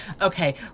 Okay